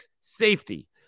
safety